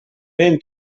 eren